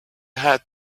had